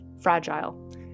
fragile